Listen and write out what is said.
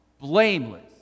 blameless